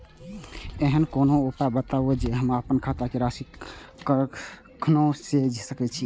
ऐहन कोनो उपाय बताबु जै से हम आपन खाता के राशी कखनो जै सकी?